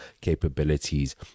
capabilities